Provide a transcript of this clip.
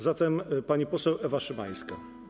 Zatem pani poseł Ewa Szymańska.